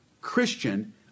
Christian